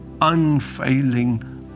unfailing